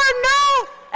ah no